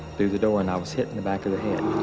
through the door, and i was hit in the back of the head.